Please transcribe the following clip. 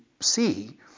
see